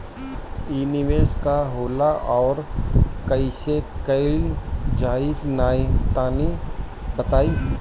इ निवेस का होला अउर कइसे कइल जाई तनि बताईं?